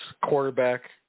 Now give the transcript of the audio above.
quarterback